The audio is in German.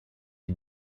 die